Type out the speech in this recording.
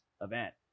event